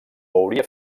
hauria